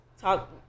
talk